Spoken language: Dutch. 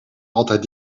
altijd